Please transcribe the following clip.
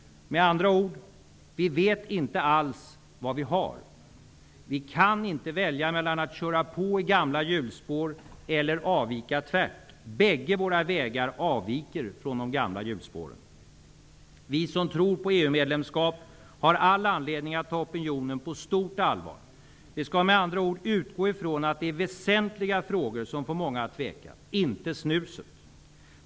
Med andra ord: vi vet inte alls vad vi har. Vi kan inte välja mellan att köra på i gamla hjulspår eller avvika tvärt. Bägge våra vägar avviker från de gamla hjulspåren. Vi som tror på EU-medlemskap har all anledning att ta opinionen på stort allvar. Vi skall med andra ord utgå ifrån att det är väsentliga frågor som får många att tveka -- inte snuset.